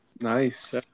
Nice